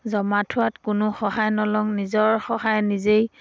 জমা থোৱাত কোনো সহায় নলওঁ নিজৰ সহায় নিজেই